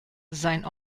sein